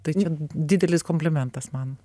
tai čia didelis komplimentas man